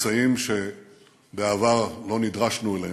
אמצעים שבעבר לא נדרשנו להם,